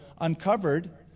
uncovered